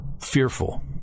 fearful